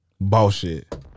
bullshit